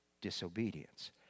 disobedience